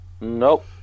nope